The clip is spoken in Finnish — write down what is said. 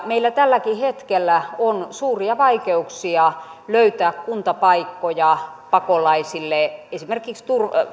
meillä tälläkin hetkellä on suuria vaikeuksia löytää kuntapaikkoja pakolaisille esimerkiksi